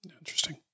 Interesting